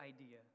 idea